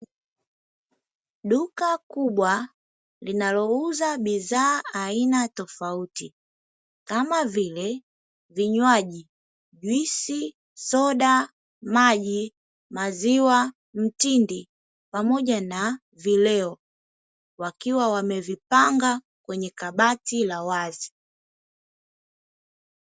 Duka kubwa, linalouza bidhaa aina tofauti, kama vile: vinywaji, juisi, soda, maji, maziwa mtindi pamoja na vileo, wakiwa wamevipanga kwenye kabati la wazi.